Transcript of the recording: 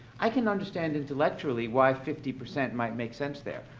i can understand, intellectually, why fifty percent might make sense there.